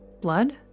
blood